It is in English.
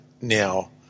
now –